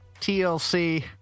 TLC